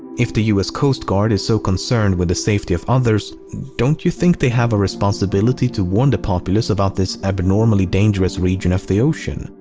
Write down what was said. if the us coast guard is so concerned with the safety of others, don't you think they have a responsibility to warn the populous about this abnormally dangerous region of the ocean?